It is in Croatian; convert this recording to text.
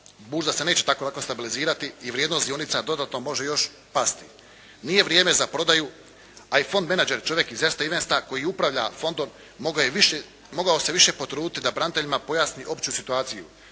burza se neće tako lako stabilizirati i vrijednost dionica dodatno može još i pasti. Nije vrijeme za prodaju, a i Fond menadžer čovjek iz Ersteinvesta koji upravlja Fondom mogao se više potruditi da branitelja pojasni opću situaciju.